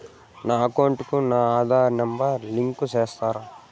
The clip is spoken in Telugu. నా అకౌంట్ కు నా ఆధార్ నెంబర్ లింకు చేసారా